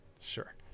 Sure